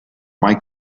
mai